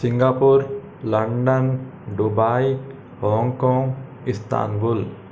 Singapore London Dubai Hong Kong Istanbul